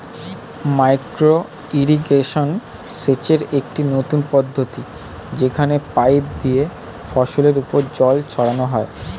micro irrigation সেচের একটি নতুন পদ্ধতি যেখানে পাইপ দিয়ে ফসলের উপর জল ছড়ানো হয়